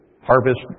harvest